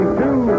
two